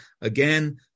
again